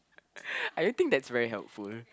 I don't think that's very helpful